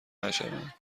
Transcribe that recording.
نشوند